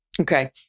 Okay